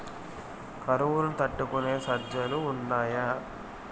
కరువు తట్టుకునే సజ్జలు ఉన్నాయా